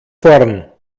vorn